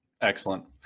Excellent